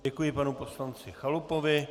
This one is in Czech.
Děkuji panu poslanci Chalupovi.